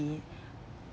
be